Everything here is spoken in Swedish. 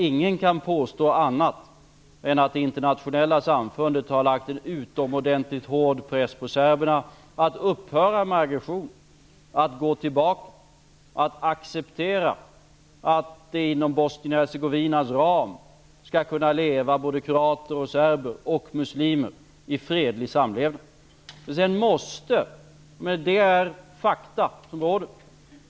Ingen kan påstå annat än att det internationella samfundet har lagt en utomordenligt hård press på parterna för att man skall upphöra med aggressionen, gå tillbaka och acceptera att inom ramen för Bosnien-Hercegovina skall kroater, serber och muslimer kunna bo i fredlig samlevnad.